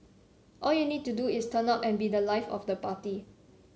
all you need to do is turn up and be the life of the party